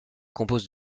compose